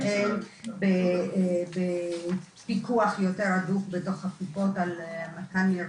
והן בפיקוח יותר הדוק על מרשמים,